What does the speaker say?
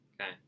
Okay